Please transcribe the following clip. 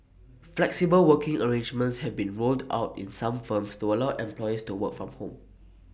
flexible working arrangements have been rolled out in some firms to allow employees to work from home